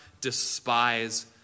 despise